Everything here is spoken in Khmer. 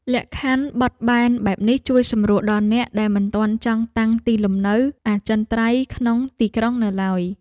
លក្ខខណ្ឌបត់បែនបែបនេះជួយសម្រួលដល់អ្នកដែលមិនទាន់ចង់តាំងទីលំនៅអចិន្ត្រៃយ៍ក្នុងទីក្រុងនៅឡើយ។